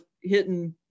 hitting